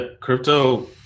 crypto